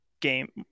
game